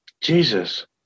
Jesus